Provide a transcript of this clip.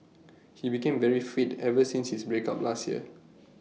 he became very fit ever since his break up last year